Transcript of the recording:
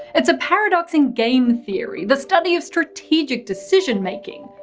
it's a paradox in game theory, the study of strategic decision making.